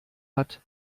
hat